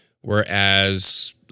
Whereas